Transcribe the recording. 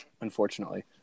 unfortunately